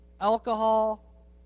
alcohol